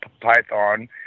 python